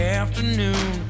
afternoon